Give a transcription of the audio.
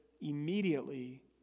immediately